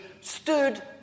stood